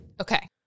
okay